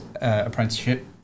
apprenticeship